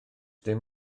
dim